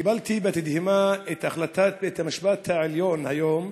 קיבלתי בתדהמה את החלטת בית-המשפט העליון היום